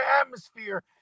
atmosphere